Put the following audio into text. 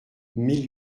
mille